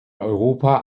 europa